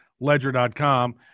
ledger.com